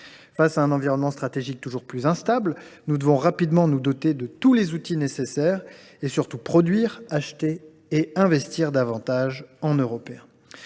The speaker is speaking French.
Face à un environnement stratégique toujours plus instable, il nous faut nous doter sans délai de tous les outils nécessaires et, surtout, produire, acheter et investir davantage en Européens.